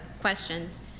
questions